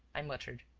i muttered.